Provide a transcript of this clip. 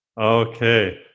okay